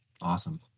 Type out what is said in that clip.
awesome